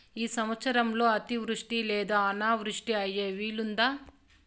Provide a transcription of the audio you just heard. ఈ సంవత్సరంలో అతివృష్టి లేదా అనావృష్టి అయ్యే వీలుందా?